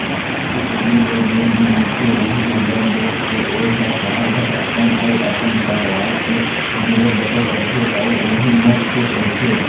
किसानी ले जेन भी मिलथे उहीं ल बेचके ओ ह सालभर अपन अउ अपन परवार के गुजर बसर करथे अउ उहीं म खुस रहिथे